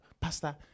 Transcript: Pastor